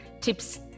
tips